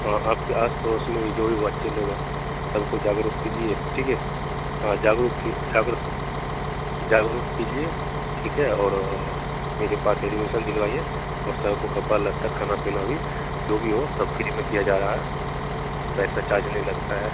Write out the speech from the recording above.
हाँ आपके आस पड़ोस में भी जो भी बच्चे लोग हैं सबको जागरूक कीजिए ठीक हे हाँ जागरूक फिर उठाकर जागरुक कीजिए ठीक है और मेरे पास एडमीसन दिलवाइए और सबको कपड़ा लत्ता खाना पीना भी जो भी हो सब फ्री में दिया जा रहा है पैसा चार्ज नहीं लगता है